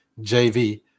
jv